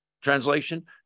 translation